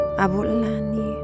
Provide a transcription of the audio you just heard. abulani